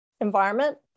environment